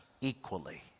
equally